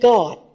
God